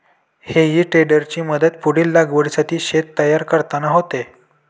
हेई टेडरची मदत पुढील लागवडीसाठी शेत तयार करताना होते